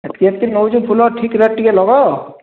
ହେତକି ହେତକି ନଉଛୁ ଫୁଲ ଠିକ୍ ରେଟ୍ ଟିକେ ଲଗାଅ